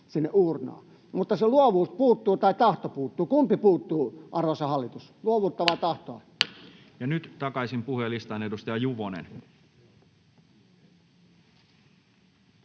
Mutta se luovuus puuttuu tai tahto puuttuu. Kumpi puuttuu, arvoisa hallitus, luovuus vai tahto? Ja nyt takaisin puhujalistaan. — Edustaja Juvonen.